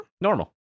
Normal